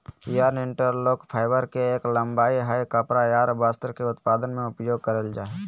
yarn interlock, fibre के एक लंबाई हय कपड़ा आर वस्त्र के उत्पादन में उपयोग करल जा हय